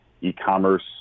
e-commerce